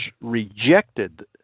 rejected